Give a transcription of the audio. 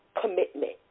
Commitment